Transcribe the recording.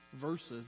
verses